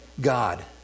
God